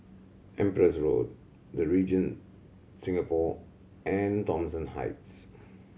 Empress Road The Regent Singapore and Thomson Heights